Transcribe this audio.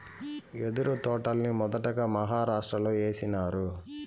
యెదురు తోటల్ని మొదటగా మహారాష్ట్రలో ఏసినారు